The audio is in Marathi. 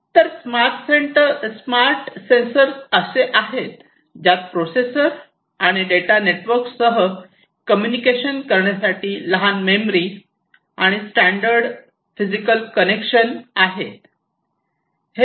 तर स्मार्ट सेन्सर असे आहेत ज्यात प्रोसेसर आणि डेटा नेटवर्कसह कम्युनिकेशन संप्रेषण करण्यासाठी लहान मेमरी आणि स्टँडर्ड फिजिकल कनेक्शन कनेक्शन आहे